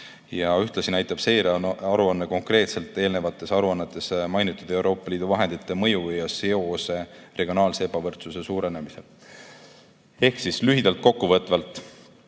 Ühtlasi näitab seirearuanne konkreetselt eelnevates aruannetes mainitud Euroopa Liidu vahendite mõju ja seost regionaalse ebavõrdsuse suurenemisega. Ehk siis lühidalt, kokkuvõtvalt.